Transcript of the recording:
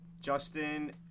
Justin